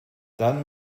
dann